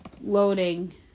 loading